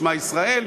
שמה ישראל,